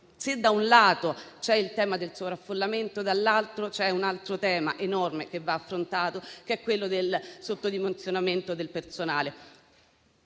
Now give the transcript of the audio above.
se da un lato c'è il tema del sovraffollamento, dall'altro c'è un altro tema enorme che va affrontato, che è quello del sottodimensionamento del personale